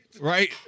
right